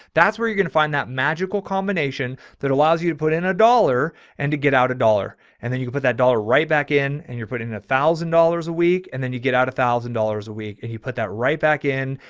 that's where you're going to find that magical combination that allows you you to put in a dollar and to get out a dollar. and then you can put that dollar right back in and you're putting in a thousand dollars a week, and then you get out a thousand dollars a week and he put that right back in.